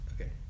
okay